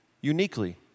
uniquely